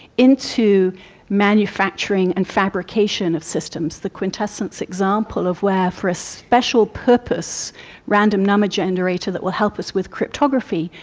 into manufacturing and fabrication of systems, the quintessence example of where for a special purpose random number generator that will help us with cryptography,